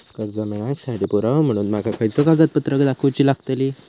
कर्जा मेळाक साठी पुरावो म्हणून माका खयचो कागदपत्र दाखवुची लागतली?